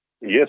Yes